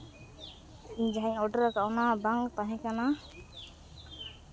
ᱤᱧ ᱡᱟᱦᱟᱸᱧ ᱚᱰᱟᱨ ᱟᱠᱟᱫᱼᱟ ᱚᱱᱟ ᱵᱟᱝ ᱛᱟᱦᱮᱸ ᱠᱟᱱᱟ